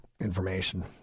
information